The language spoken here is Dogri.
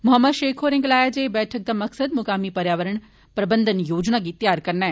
मोहम्मद शेख होरें गलाया जे बैठक दा मकसद मुकामी पर्यावरण प्रबंधन योजना गी त्यार करना ऐ